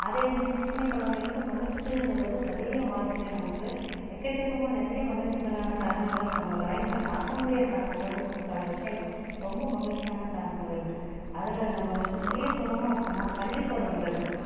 அதே மாதிரி சின்ன குழந்தையில் இருந்து மகிழ்ச்சியிலேங்கிறது நிறைய வாழ்க்கையில் நமக்கு எக்கச்சக்கமா நிறைய மகிழ்ச்சிகளான தருணங்கள் நம்ம லைப்பில் மறக்க முடியாத தருணங்கள் சில விஷயங்கள் ரொம்ப மகிழ்ச்சியான தருணங்கள் இருக்குது அதில் நம்ம நிறைய சொல்லணும் அப்படின்னா பள்ளி பருவங்களை எடுத்துக்கலாம்